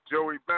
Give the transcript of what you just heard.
Joey